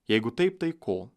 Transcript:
jeigu taip tai ko